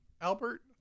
Albert